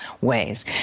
ways